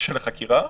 של החקירה?